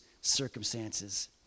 circumstances